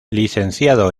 licenciado